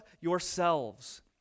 yourselves